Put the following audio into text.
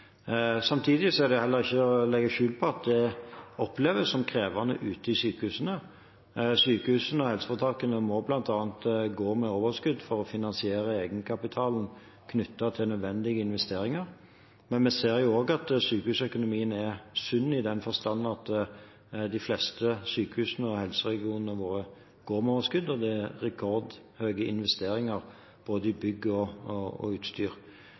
Samtidig er det heller ikke til å legge skjul på at det oppleves som krevende ute i sykehusene. Sykehusene og helseforetakene må bl.a. gå med overskudd for å finansiere egenkapitalen knyttet til nødvendige investeringer. Men vi ser også at sykehusøkonomien er sunn, i den forstand at de fleste sykehusene og helseregionene våre går med overskudd, og det er rekordhøye investeringer både i bygg og i utstyr.